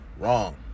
Wrong